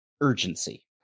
urgency